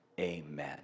amen